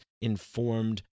informed